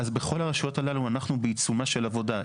אז בכל הרשויות האלה אנחנו בעיצומה של עבודה.